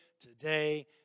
today